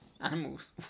Animals